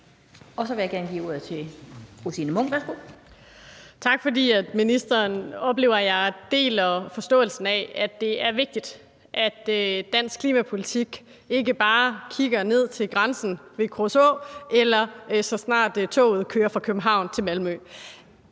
Værsgo. Kl. 14:34 Signe Munk (SF): Tak, fordi ministeren oplever, at jeg deler forståelsen af, at det er vigtigt, at dansk klimapolitik ikke bare kigger ned til grænsen ved Kruså eller hører op, så snart toget kører fra København til Malmø